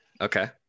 Okay